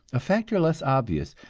a factor less obvious,